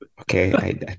Okay